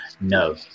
No